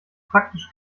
praktisch